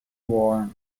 worn